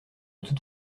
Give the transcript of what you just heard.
toute